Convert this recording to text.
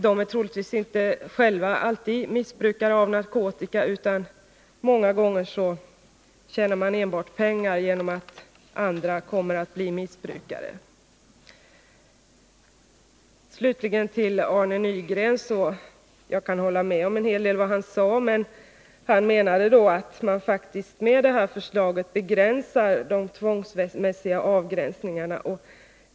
De är naturligtvis inte alltid själva missbrukare av narkotika, utan många gånger tjänar de bara pengar på andras missbruk. Slutligen till Arne Nygren. Jag kan hålla med om en hel del av vad Arne Nygren sade. Han menade emellertid att det här förslaget begränsar de tvångsmässiga avskiljandena.